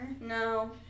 No